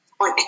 on